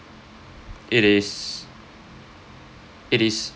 it is it is